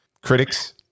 critics